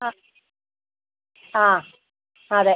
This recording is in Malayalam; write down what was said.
ആ ആ അതെ